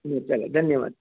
चला धन्यवाद